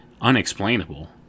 unexplainable